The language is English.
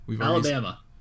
Alabama